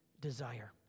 desire